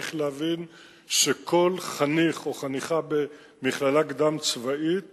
צריך להבין שכל חניך או חניכה במכללה קדם-צבאית